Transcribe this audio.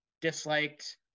disliked